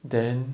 then